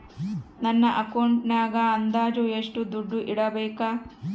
ನನ್ನ ಅಕೌಂಟಿನಾಗ ಅಂದಾಜು ಎಷ್ಟು ದುಡ್ಡು ಇಡಬೇಕಾ?